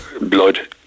blood